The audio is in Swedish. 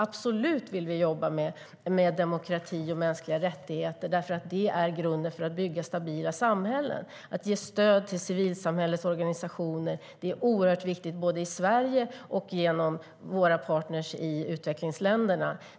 Vi vill absolut jobba med demokrati och mänskliga rättigheter, för det är grunden för att bygga stabila samhällen. Att ge stöd till civilsamhällets organisationer är oerhört viktigt både i Sverige och genom våra partner i utvecklingsländerna.